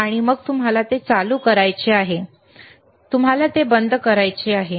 आणि मग तुम्हाला ते चालू करायचे आहे की तुम्हाला ते बंद करायचे आहे